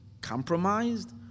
compromised